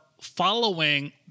following